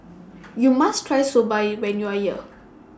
YOU must Try Soba when YOU Are here